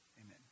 Amen